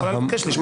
בבקשה.